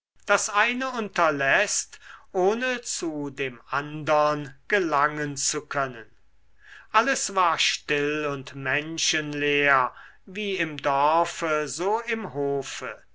das eine unterläßt ohne zu dem andern gelangen zu können alles war still und menschenleer wie im dorfe so im hofe